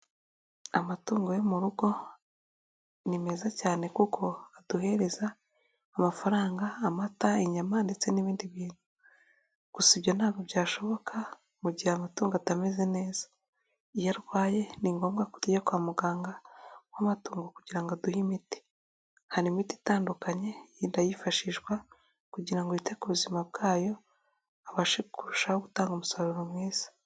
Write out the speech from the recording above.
Amatungo yo mu rugo, ni meza cyane kuko aduhereza amafaranga amata, inyama, ndetse n'ibindi bintu. Gusa ibyo ntabwo byashoboka mu gihe amatungo atameze neza. Iyo arwaye ni ngombwa ko tujya kwa muganga w'amatungo, kugira ngo aduhe imiti. Hari imiti itandukanye igenda yifashishwa kugira ngo yite ku buzima bwayo, abashe kurushaho gutanga umusaruro mwiza.